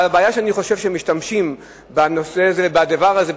אבל הבעיה היא שאני חושב שמשתמשים בדבר הזה,